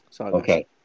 Okay